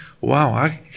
wow